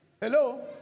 Hello